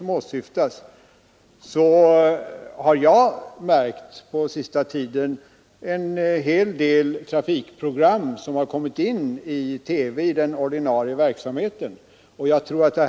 Jag har den senaste tiden lagt märke till att en hel del trafikprogram har förekommit i TV:s ordinarie verksamhet.